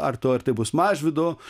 artu ar tai bus mažvydo